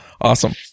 Awesome